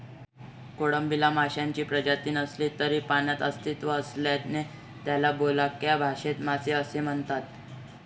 कोळंबीला माशांची प्रजाती नसली तरी पाण्यात अस्तित्व असल्याने त्याला बोलक्या भाषेत मासे असे म्हणतात